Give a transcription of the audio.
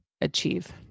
achieve